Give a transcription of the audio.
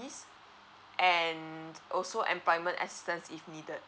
and also employment assistance if needed